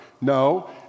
No